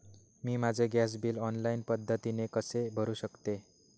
मी माझे gas bill online पद्धतीने कसे भरु शकते?